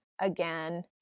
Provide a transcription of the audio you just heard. again